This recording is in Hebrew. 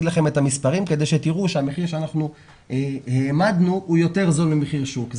לכם את המספרים כדי שתראו שהמחיר שאנחנו העמדנו הוא יותר זול ממחיר שוק.